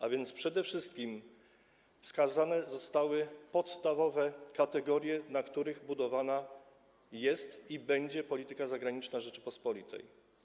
A więc przede wszystkim wskazane zostały w nim podstawowe kategorie, na których budowana jest i będzie polityka zagraniczna Rzeczypospolitej.